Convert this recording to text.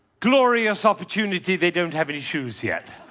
glorious opportunity. they don't have any shoes yet.